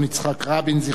זיכרונו לברכה,